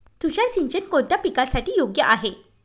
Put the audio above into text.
तुषार सिंचन कोणत्या पिकासाठी योग्य आहे?